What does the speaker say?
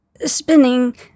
Spinning